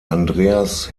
andreas